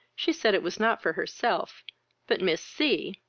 she said it was not for herself but miss c,